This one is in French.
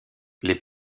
les